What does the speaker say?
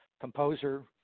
composer